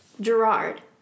Gerard